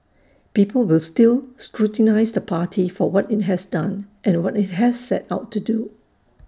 people will still scrutinise the party for what IT has done and what IT has set out to do